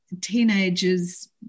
teenagers